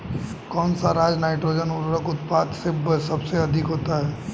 कौन सा राज नाइट्रोजन उर्वरक उत्पादन में सबसे अधिक है?